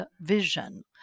vision